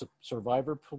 survivor